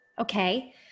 okay